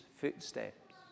footsteps